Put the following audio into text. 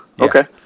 Okay